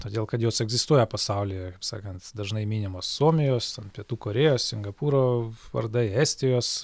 todėl kad jos egzistuoja pasaulyje kaip sakant dažnai minimos suomijos ten pietų korėjos singapūro vardai estijos